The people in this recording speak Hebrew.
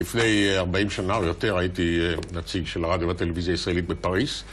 לפני 40 שנה או יותר הייתי נציג של רדיו וטלוויזיה ישראלית בפריז